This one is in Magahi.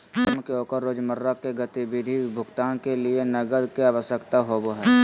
फर्म के ओकर रोजमर्रा के गतिविधि भुगतान के लिये नकद के आवश्यकता होबो हइ